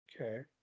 Okay